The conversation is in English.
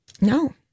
No